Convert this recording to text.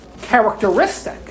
characteristic